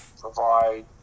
provide